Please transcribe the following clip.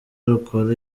rukora